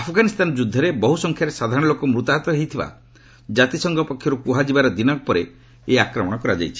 ଆଫଗାନିସ୍ତାନ ଯୁଦ୍ଧରେ ବହୁ ସଂଖ୍ୟାରେ ସାଧାରଣ ଲୋକ ମୃତାହତ ହୋଇଥିବା କାତିସଂଘ ପକ୍ଷରୁ କୁହାଯିବାର ଦିନକ ପରେ ଏହି ଆକ୍ରମଣ କରାଯାଇଛି